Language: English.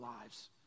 lives